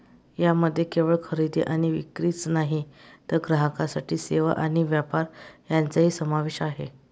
यामध्ये केवळ खरेदी आणि विक्रीच नाही तर ग्राहकांसाठी सेवा आणि व्यापार यांचाही समावेश आहे